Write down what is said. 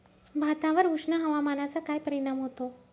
भातावर उष्ण हवामानाचा काय परिणाम होतो?